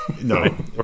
No